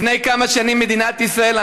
לפני כמה שנים מדינת ישראל,